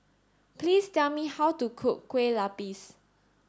please tell me how to cook Kue Lupis